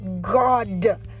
god